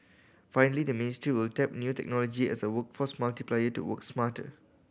finally the ministry will tap new technology as a workforce multiplier to work smarter